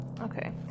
Okay